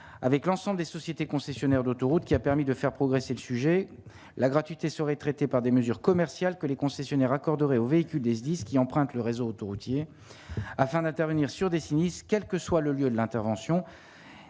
avec l'ensemble des sociétés concessionnaires d'autoroutes qui a permis de faire progresser le sujet la gratuité serait traité par des mesures commerciales que les concessionnaires accorderait aux véhicules des indices qui empruntent le réseau autoroutier afin d'intervenir sur des sinistres, quel que soit le lieu de l'intervention